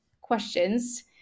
questions